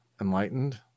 enlightened